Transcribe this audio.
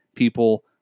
people